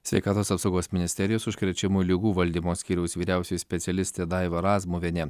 sveikatos apsaugos ministerijos užkrečiamų ligų valdymo skyriaus vyriausioji specialistė daiva razmuvienė